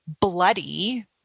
bloody